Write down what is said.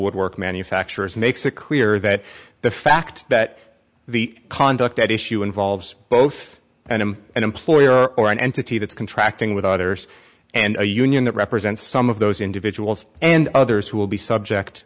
woodwork manufacturers makes it clear that the fact that the conduct at issue involves both and i'm an employer or an entity that's contracting with others and a union that represents some of those individuals and others who will be subject